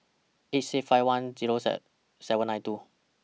eight six five one Zero seven nine two